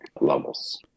levels